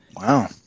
wow